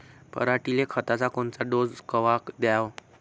पऱ्हाटीले खताचा कोनचा डोस कवा द्याव?